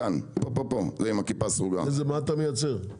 מה אתה מייצר?